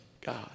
God